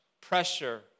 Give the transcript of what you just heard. pressure